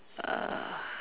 err